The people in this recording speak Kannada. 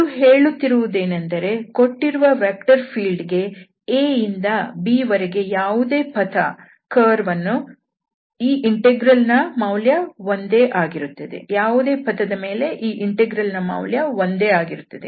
ಇದು ಹೇಳುತ್ತಿರುವುದೇನೆಂದರೆ ಕೊಟ್ಟಿರುವ ವೆಕ್ಟರ್ ಫೀಲ್ಡ್ ಗೆ A ಇಂದ B ವರೆಗಿನ ಯಾವುದೇ ಪಥ path ಅಥವಾ curveನ ಮೇಲೆ ಈ ಇಂಟೆಗ್ರಲ್ ನ ಮೌಲ್ಯ ಒಂದೇ ಆಗಿರುತ್ತದೆ